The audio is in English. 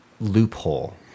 loophole